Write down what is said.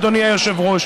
אדוני היושב-ראש,